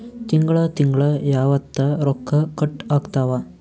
ತಿಂಗಳ ತಿಂಗ್ಳ ಯಾವತ್ತ ರೊಕ್ಕ ಕಟ್ ಆಗ್ತಾವ?